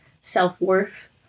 self-worth